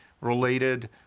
related